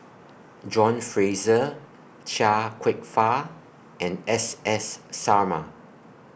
John Fraser Chia Kwek Fah and S S Sarma